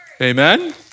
Amen